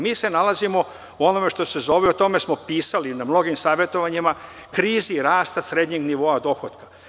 Mi se nalazimo u onome što se zove, o tome smo pisali na mnogim savetovanjima, kriza rasta srednjeg nivoa dohotka.